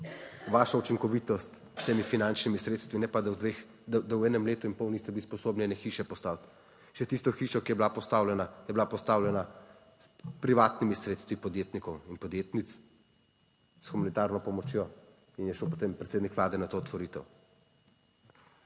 vašo učinkovitost s temi finančnimi sredstvi, ne pa, da v dveh, da v enem letu in pol niste bili sposobni ene hiše postaviti, še tisto hišo, ki je bila postavljena, je bila postavljena s privatnimi sredstvi podjetnikov in podjetnic s humanitarno pomočjo in je šel potem predsednik Vlade na to otvoritev.